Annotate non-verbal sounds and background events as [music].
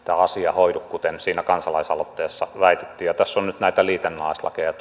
hoidu kuten siinä kansalaisaloitteessa väitettiin ja tässä esityksessä on nyt tullut näitä liitännäislakeja [unintelligible]